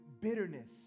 bitterness